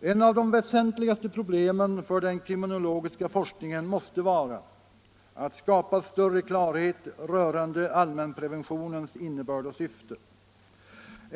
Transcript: Ett av de väsentligaste problemen för den kriminologiska forskningen måste vara att skapa större klarhet rörande allmänpreventionens innebörd och syfte.